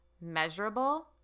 measurable